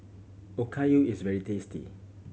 okayu is very tasty